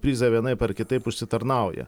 prizą vienaip ar kitaip užsitarnauja